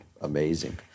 amazing